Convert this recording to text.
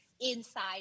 inside